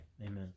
amen